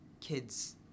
kids